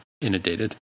inundated